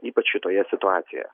ypač šitoje situacijoje